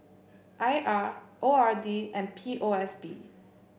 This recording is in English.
I R O R D and P O S B